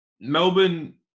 Melbourne